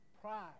Pride